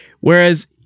Whereas